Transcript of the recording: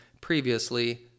previously